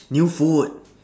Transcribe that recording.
new food